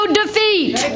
defeat